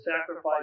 sacrifice